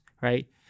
right